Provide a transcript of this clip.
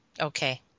Okay